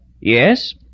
Yes